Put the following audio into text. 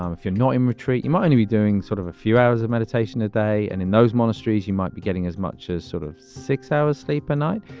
um if you're not in retreat, you might only be doing sort of a few hours of meditation a day. and in those monasteries, you might be getting as much as sort of six hours sleep a night.